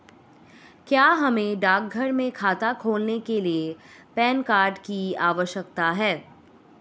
क्या हमें डाकघर में खाता खोलने के लिए पैन कार्ड की आवश्यकता है?